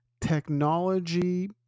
technology